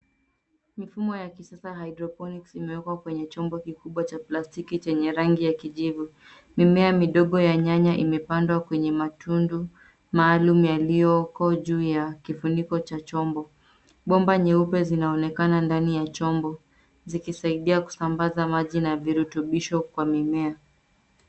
Mifumo ya kisasa {cs}hydroponics{cs}imewekwa kwenye chombo kikubwa cha plastiki chenye rangi ya kijivu. Mimea midogo ya nyanya imepandwa kwenye matundu maalum yaliyoko juu ya kifuniko cha chombo. Bomba nyeupe zinaonekana ndani ya chombo, zikisaidia kusambaza maji na virutubisho kwa mimea.